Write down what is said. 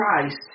Christ